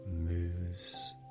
moves